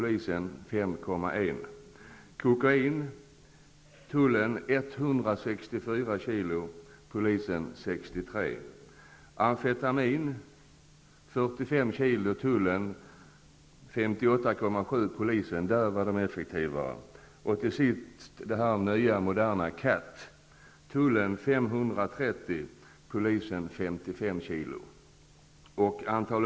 När det gäller kokain tog tullen 164 kg och polisen 63 kg. Tullen tog 45 kg amfetamin och polisen 58,7 kg -- där var polisen effektivare. Till sist det nya moderna qat där tullen tog 530 kg och polisen 55 kg.